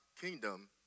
kingdom